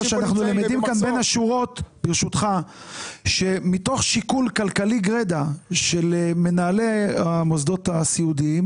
למדים שמתוך שיקול כלכלי גרידא של מנהלי המוסדות הסיעודיים